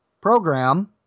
program